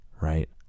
right